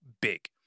big